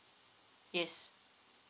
yes